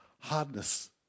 hardness